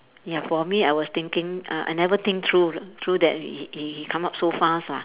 ya for me I was thinking uh I never think through through that he he come up so fast ah